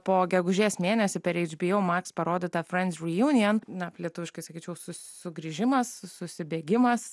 po gegužės mėnesį per eič bi ju maks parodytą frenč bi junen na lietuviškai sakyčiau sugrįžimas susibėgimas